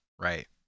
right